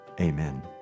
Amen